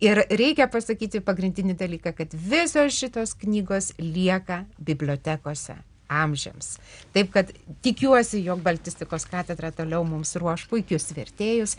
ir reikia pasakyti pagrindinį dalyką kad visos šitos knygos lieka bibliotekose amžiams taip kad tikiuosi jog baltistikos katedra toliau mums ruoš puikius vertėjus